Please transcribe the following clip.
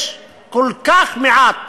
יש כל כך מעט